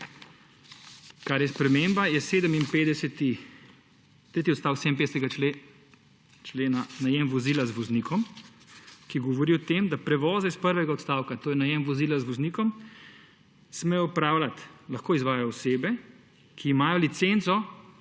Kar je sprememba je tretji odstavek 57. člena, najem vozila z voznikom, ki govori o tem, da prevoze s prvega odstavka, to je najem vozila z voznikom, sme opravljati, lahko izvajajo osebe, ki imajo licenco